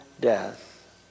death